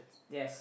yes